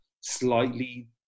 slightly